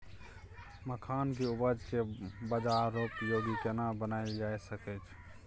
मखान के उपज के बाजारोपयोगी केना बनायल जा सकै छै?